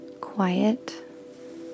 quiet